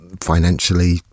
financially